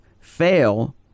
fail